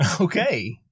Okay